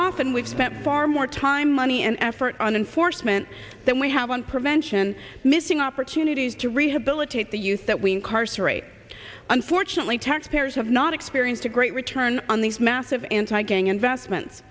often we've spent far more time money and effort on enforcement than we have on prevention missing opportunities to rehabilitate the use that we incarcerate unfortunately taxpayers have not experienced a great return on these massive anti gang investments